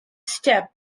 step